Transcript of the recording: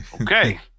Okay